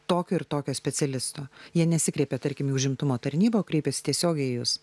tokio ir tokio specialisto jie nesikreipia tarkim į užimtumo tarnybą o kreipiasi tiesiogiai į jus